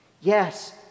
Yes